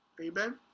Amen